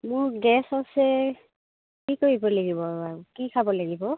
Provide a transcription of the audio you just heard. মোৰ গেছ আছে কি কৰিব লাগিব কি খাব লাগিব